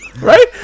Right